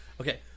Okay